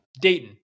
Dayton